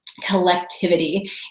collectivity